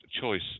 choice